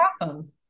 awesome